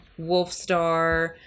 Wolfstar